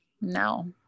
no